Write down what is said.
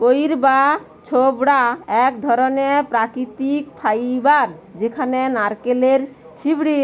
কইর বা ছোবড়া এক ধরণের প্রাকৃতিক ফাইবার যেটা নারকেলের ছিবড়ে